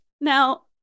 now